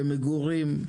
למגורים,